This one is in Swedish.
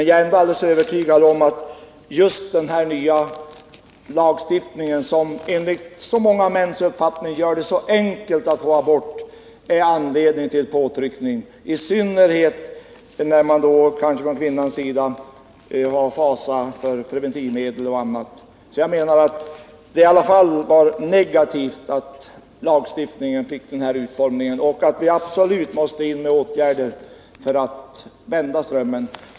Jag är inte alldeles övertygad om att just den här nya lagstiftningen, vilken enligt många mäns uppfattning gör det så enkelt att få abort, är anledningen till påtryckningen, i synnerhet när kvinnan känner fasa för preventivmedel och annat. Enligt min åsikt var det något negativt att lagstiftningen fick den utformning den fick, och vi måste absolut vidta åtgärder för att vända strömmen.